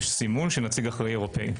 יש סימון של נציג אחראי אירופאי.